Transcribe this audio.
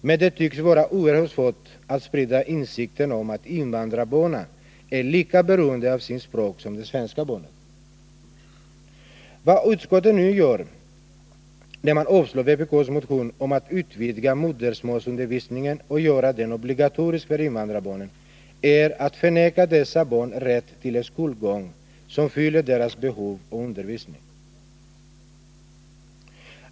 Men det tycks vara oerhört svårt att sprida insikten om att invandrarbarnen är lika beroende av sitt språk som de svenska barnen är av sitt. Vad utskottet nu gör, när det avstyrker vpk:s motion om att utvidga modersmålsundervisningen och gör den obligatorisk förinvandrarbarnen, är att förneka dessa barns rätt till en skolgång som fyller deras behov av undervisning.